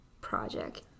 project